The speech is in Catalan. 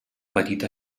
petita